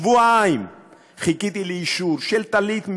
שבועיים חיכיתי לאישור לטלית,